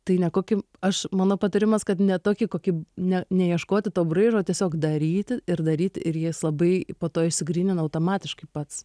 tai ne kokį aš mano patarimas kad ne tokį kokį ne neieškoti to braižo tiesiog daryti ir daryt ir jis labai po to išsigrynina automatiškai pats